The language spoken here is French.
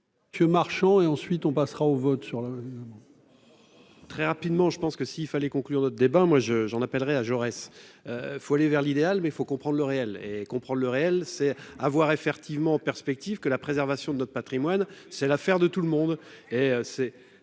Que marchand et ensuite on passera au vote sur la. évidemment. Très rapidement, je pense que s'il fallait conclure notre débat moi je j'en appellerai à Jaurès, faut aller vers l'idéal, mais il faut comprendre le réel et comprendre le réel, c'est à voir effectivement perspective que la préservation de notre Patrimoine, c'est l'affaire de tout le monde